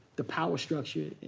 the power structure,